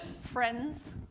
friends